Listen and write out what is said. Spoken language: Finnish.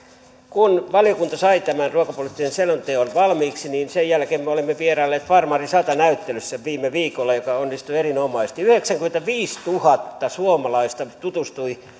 kun valiokunta sai tämän ruokapoliittisen selonteon valmiiksi sen jälkeen me olemme vierailleet viime viikolla farmari sata näyttelyssä joka onnistui erinomaisesti yhdeksänkymmentäviisituhatta suomalaista tutustui